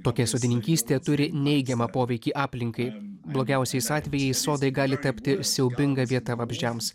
tokia sodininkystė turi neigiamą poveikį aplinkai blogiausiais atvejais sodai gali tapti siaubinga vieta vabzdžiams